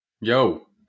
Yo